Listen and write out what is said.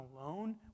alone